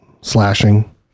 slashing